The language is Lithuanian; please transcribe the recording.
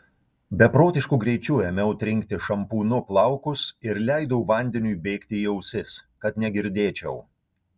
beprotišku greičiu ėmiau trinkti šampūnu plaukus ir leidau vandeniui bėgti į ausis kad negirdėčiau